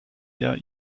der